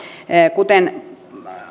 kuten